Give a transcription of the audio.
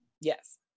yes